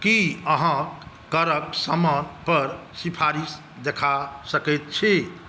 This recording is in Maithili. की अहाँ करक समान पर सिफारिश देखा सकैत छी